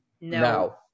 No